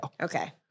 Okay